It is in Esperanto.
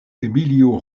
emilio